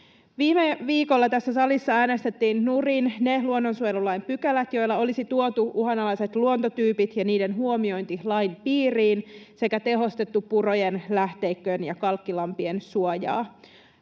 Viime viikolla tässä salissa äänestettiin nurin ne luonnonsuojelulain pykälät, joilla olisi tuotu uhanalaiset luontotyypit ja niiden huomiointi lain piiriin sekä tehostettu purojen, lähteikköjen ja kalkkilampien suojaa.